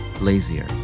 lazier